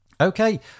Okay